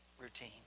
routine